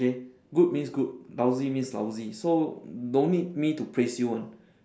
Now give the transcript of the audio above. okay good means good lousy means lousy so don't need me to praise you one